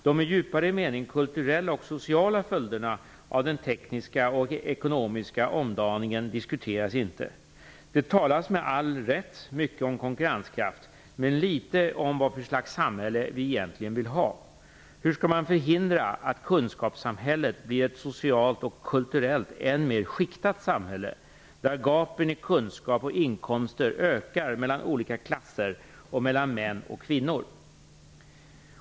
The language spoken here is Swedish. De i djupare mening kulturella och sociala följderna av den tekniska och ekonomiska omdaningen diskuteras inte. Det talas med all rätt mycket om konkurrenskraft men litet om vad för slags samhälle vi egentligen vill ha. Hur skall man förhindra att kunskapssamhället blir ett socialt och kulturellt än mer skiktat samhälle, där gapen i kunskap och inkomster ökar mellan olika klasser och mellan män och kvinnor?